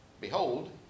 Behold